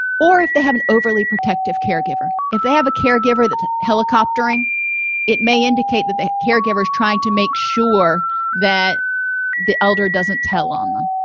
or if they have an overly protective caregiver if they have a caregiver that's helicoptering it may indicate the caregiver is trying to make sure that the elder doesn't tell on them